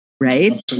right